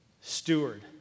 steward